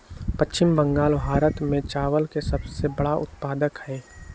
पश्चिम बंगाल भारत में चावल के सबसे बड़ा उत्पादक हई